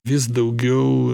vis daugiau